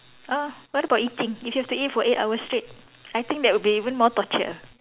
uh what about eating if you have to eat for eight hours straight I think that would be even more torture